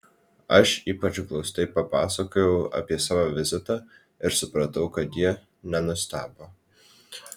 aš ypač glaustai papasakojau apie savo vizitą ir supratau kad ji nenustebo